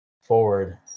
forward